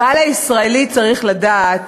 הקהל הישראלי, צריך לדעת,